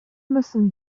müssen